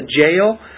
jail